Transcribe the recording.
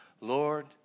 Lord